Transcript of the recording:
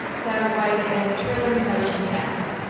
satterwhite, and trenum. motion passed.